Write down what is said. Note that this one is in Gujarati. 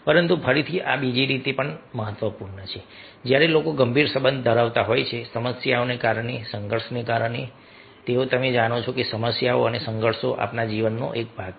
પરંતુ ફરીથી આ બીજી રીતે પણ મહત્વપૂર્ણ છે કે જ્યારે લોકો ગંભીર સંબંધ ધરાવતા હોય છે સમસ્યાને કારણે સંઘર્ષને કારણે કારણ કે તમે જાણો છો કે સમસ્યાઓ અને સંઘર્ષો આપણા જીવનનો એક ભાગ છે